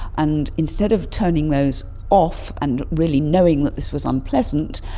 and instead of turning those off and really knowing that this was unpleasant,